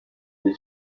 gihe